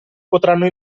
potranno